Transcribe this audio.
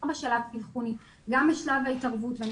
לא רק בשלב האבחוני גם בשלב ההתערבות ואני